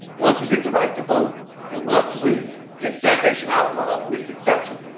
once we get the right to vote and once we get segregation outlawed, we're successful.